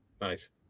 Nice